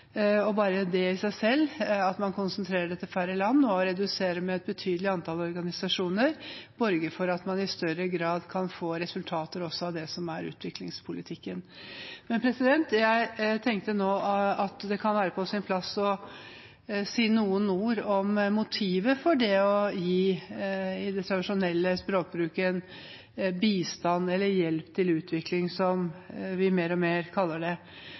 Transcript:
at man konsentrerer det til færre land og reduserer med et betydelig antall organisasjoner, borger for at man i større grad kan få resultater også av utviklingspolitikken. Men jeg tenkte at det nå kan være på sin plass å si noen ord om motivet for det å gi – i den tradisjonelle språkbruken – bistand, eller hjelp til utvikling, som vi mer og mer kaller det.